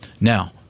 Now